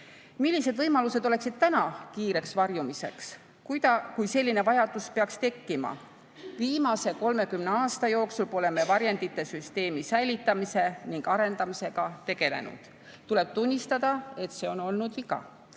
võimalused oleksid täna kiireks varjumiseks, kui selline vajadus peaks tekkima? Viimase 30 aasta jooksul pole me varjendite süsteemi säilitamise ning arendamisega tegelenud. Tuleb tunnistada, et see on olnud viga.